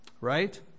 Right